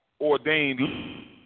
ordained